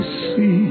see